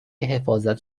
حفاظت